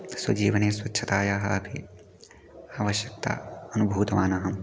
स्वजीवने स्वच्छतायाः अपि आवश्यक्ताम् अनुभूतवानहम्